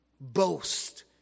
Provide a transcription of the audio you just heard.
boast